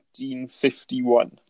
1951